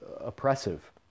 oppressive